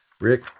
Rick